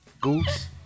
Goose